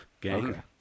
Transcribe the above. gang